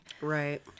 Right